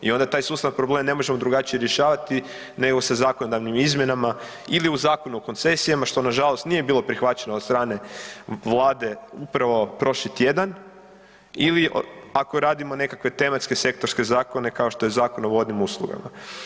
I onda taj sustavan problem ne možemo drugačije rješavati nego sa zakonodavnim izmjenama ili u Zakonu o koncesijama, što nažalost nije bilo prihvaćeno od strane vlade upravo prošli tjedan ili ako radimo nekakve tematske sektorske zakone kao što je Zakon o vodnim uslugama.